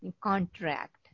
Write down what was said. contract